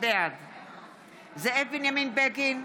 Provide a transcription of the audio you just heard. בעד זאב בנימין בגין,